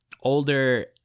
older